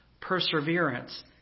Perseverance